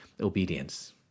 obedience